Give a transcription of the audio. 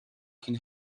can